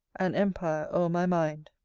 an empire o'er my mind.